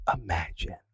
imagine